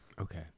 Okay